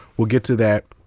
we'll get to that.